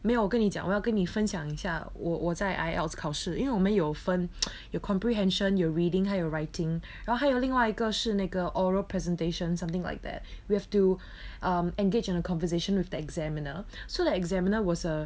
没有我跟你讲我要跟你分享一下我我在 ielts 考试因为我们有分有 comprehension 有 reading 还有 writing 然后还有另外一个是那个 oral presentation something like that we have to um engage in a conversation with the examiner so the examiner was a